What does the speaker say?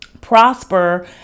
prosper